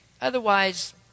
otherwise